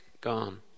gone